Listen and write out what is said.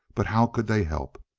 but how could they help?